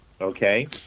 okay